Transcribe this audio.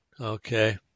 Okay